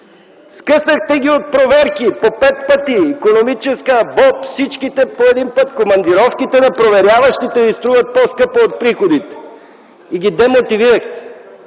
Скъсахте ги от проверки, по пет пъти – икономическа, БОП, всичките по един път. Командировките на проверяващите ви струват по-скъпо от приходите и ги демотивирахте.